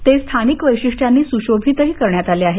ते स्थानिक वैशिष्ट्यांनी सुशोभित करण्यात आले आहेत